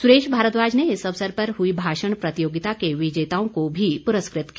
सुरेश भारद्वाज ने इस अवसर पर हुई भाषण प्रतियोगिता के विजेताओं को भी पुरस्कृत किया